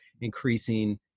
increasing